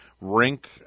rink